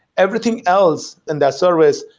everything else in that service,